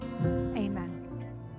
amen